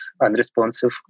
unresponsive